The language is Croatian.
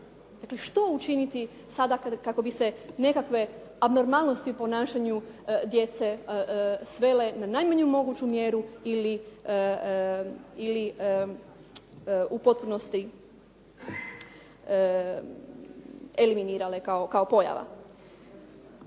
što učiniti sada kako bi se nekakve abnormalnosti u ponašanju djece svele na najmanju moguću mjeru ili u potpunosti eliminirale kao pojava.